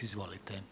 Izvolite.